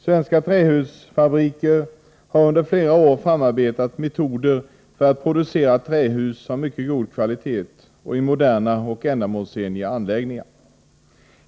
Svenska trähusfabriker har under flera år arbetat fram metoder för att producera trähus av mycket god kvalitet i moderna och ändamålsenliga anläggningar.